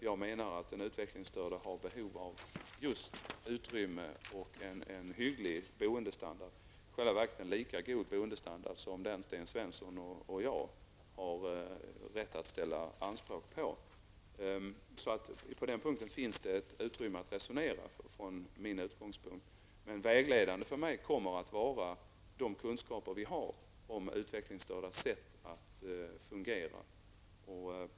Jag menar att den utvecklingstörde har behov av just utrymme och en hygglig bostadsstandard, i själva verket en lika god bostadsstandard som den Sten Svensson och jag har rätt att ställa anspråk på. I den delen finns det från min utgångspunkt ett utrymme för att resonera, men vägledande för mig kommer att vara de kunskaper vi har om utvecklingsstördas sett att fungera.